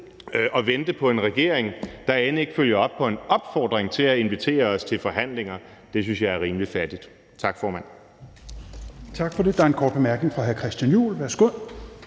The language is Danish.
og vente på en regering, der end ikke følger op på en opfordring til at invitere os til forhandlinger, synes jeg er rimelig fattigt. Tak, formand. Kl. 11:14 Fjerde næstformand (Rasmus Helveg